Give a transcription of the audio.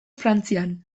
frantzian